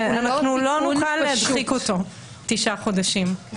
לא נוכל תשעה חודשים.